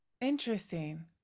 Interesting